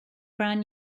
brand